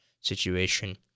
situation